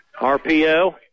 RPO